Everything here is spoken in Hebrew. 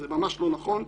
זה ממש לא נכון.